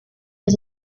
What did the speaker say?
los